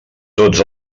tots